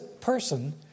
person